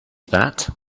that